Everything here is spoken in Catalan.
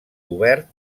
obert